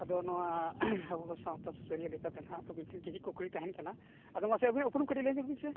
ᱟᱫᱚ ᱱᱚᱣᱟ ᱟᱵᱚ ᱥᱟᱶᱛᱟ ᱥᱩᱥᱟᱹᱨᱤᱭᱟᱹ ᱞᱮᱠᱟᱛᱮ ᱦᱟᱜ ᱟᱹᱵᱤᱱ ᱴᱷᱮᱱ ᱠᱤᱪᱷᱩ ᱠᱩᱠᱞᱤ ᱛᱟᱦᱮᱱ ᱠᱟᱱᱟ ᱟᱫᱚ ᱢᱟᱥᱮ ᱟᱵᱤᱱᱟᱜ ᱩᱯᱨᱩᱢ ᱠᱟᱹᱴᱤᱡ ᱞᱟᱹᱭ ᱧᱚᱜᱽ ᱵᱤᱱ ᱥᱮ